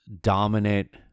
dominant